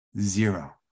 Zero